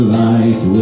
light